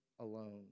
alone